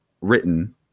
written